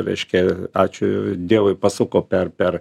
reiškia ačiū dievui pasuko per per